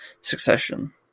Succession